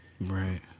right